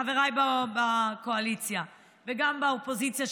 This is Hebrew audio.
חבריי בקואליציה וגם באופוזיציה,